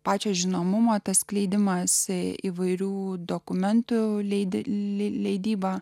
pačią žinomumą tą skleidimąsi įvairių dokumentų leidinių leidybą